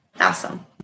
Awesome